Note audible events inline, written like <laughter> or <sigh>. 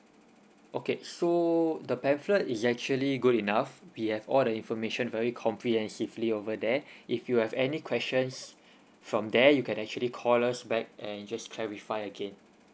okay so the pamphlet is actually good enough we have all the information very comprehensively over there <breath> if you have any questions from there you can actually call us back and just clarify again